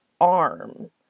arm